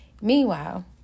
Meanwhile